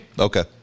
Okay